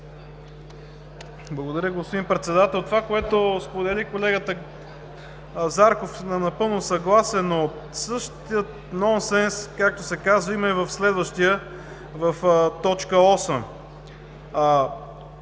Благодаря, господин Председател. Това, което сподели колегата Зарков, съм напълно съгласен, но същият нонсенс, както се казва, има и в следващия – в точка